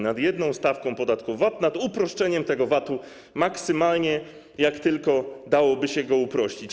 Nad jedną stawką podatku VAT, nad uproszczeniem VAT-u maksymalnie, jak tylko dałoby się go uprościć.